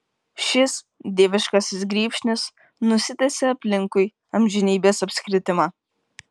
šis dieviškasis grybšnis nusitęsia aplinkui amžinybės apskritimą